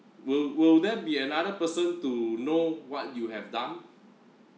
will will there be another person to know what you have done